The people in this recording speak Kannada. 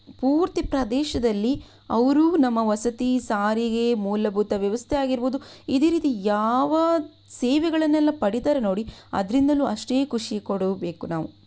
ಪೂರ್ತಿ ಪ್ರದೇಶದಲ್ಲಿ ಅವರು ನಮ್ಮ ವಸತಿ ಸಾರಿಗೆ ಮೂಲಭೂತ ವ್ಯವಸ್ಥೆ ಆಗಿರ್ಬೋದು ಇದೇ ರೀತಿ ಯಾವ ಸೇವೆಗಳನ್ನೆಲ್ಲ ಪಡಿತಾರೆ ನೋಡಿ ಅದರಿಂದಲೂ ಅಷ್ಟೇ ಖುಷಿ ಕೊಡಬೇಕು ನಾವು